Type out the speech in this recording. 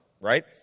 right